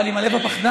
אבל עם הלב הפחדן.